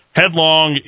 headlong